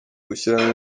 gushyiramo